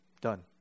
Done